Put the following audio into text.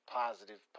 positive